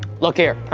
look here